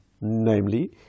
Namely